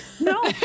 No